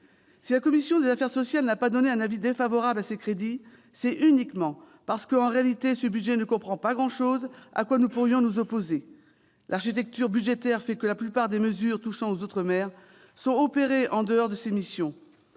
Si la commission des affaires sociales n'a pas émis un avis défavorable sur ces crédits, c'est uniquement parce que, en réalité, ce budget ne comprend pas grand-chose à quoi nous pourrions nous opposer, dans la mesure où l'architecture budgétaire conduit la plupart des mesures touchant aux outre-mer à être opérées en dehors de cette mission.